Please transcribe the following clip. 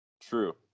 True